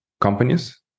companies